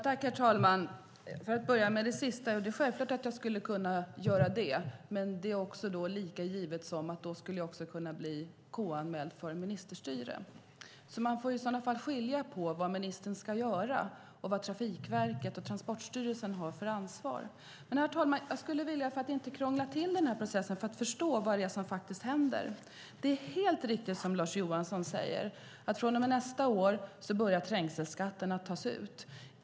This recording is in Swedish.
Herr talman! För att börja med det sista: Det är självklart att jag skulle kunna göra det, men det är lika givet att jag då skulle kunna bli KU-anmäld för ministerstyre. Man får i sådana fall skilja på vad ministern ska göra och vad Trafikverket och Transportstyrelsen har för ansvar. Herr talman! För att inte krångla till den här processen skulle jag vilja försöka förklara vad det är som faktiskt händer. Det är helt riktigt, som Lars Johansson säger, att trängselskatten börjar tas ut från och med nästa år.